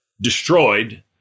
destroyed